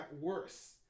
worse